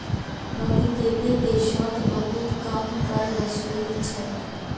बहुतेते देशोत बहुत कम कर वसूल छेक